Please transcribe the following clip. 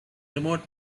remote